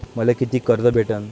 मले कितीक कर्ज भेटन?